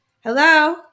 Hello